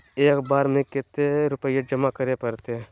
एक बार में कते रुपया जमा करे परते?